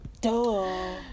Duh